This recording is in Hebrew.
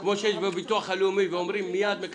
כמו שיש בביטוח לאומי, ואומרים מייד.